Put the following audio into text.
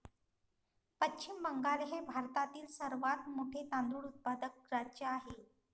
पश्चिम बंगाल हे भारतातील सर्वात मोठे तांदूळ उत्पादक राज्य आहे